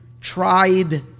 tried